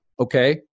Okay